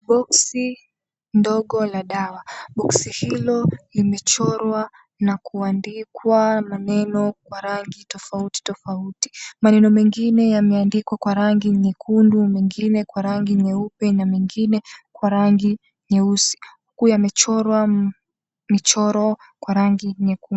Boksi ndogo la dawa. Boksi hilo limechorwa na kuandikwa maneno kwa rangi tofautitofauti. Maneno mengine yameandikwa kwa rangi nyekundu, mengine kwa rangi nyeupe na mengine kwa rangi nyeusi huku yamechorwa michoro kwa rangi nyekundu.